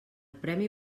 premi